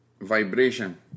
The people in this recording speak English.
vibration